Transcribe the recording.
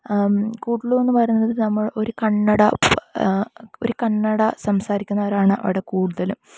കൂഡലൂ എന്നു പറയുന്നത് നമ്മൾ ഒരു കന്നഡ ഒരു കന്നഡ സംസാരിക്കുന്നവരാണ് അവിടെ കൂടുതലും